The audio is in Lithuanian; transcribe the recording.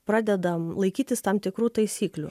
pradedam laikytis tam tikrų taisyklių